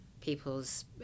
people's